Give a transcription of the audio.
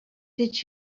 did